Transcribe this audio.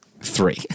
Three